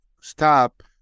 stop